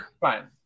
fine